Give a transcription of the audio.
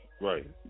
Right